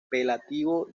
apelativo